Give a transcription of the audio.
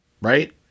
right